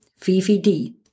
VVD